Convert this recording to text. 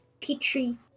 Petri